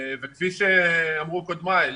כפי שאמרו קודמיי,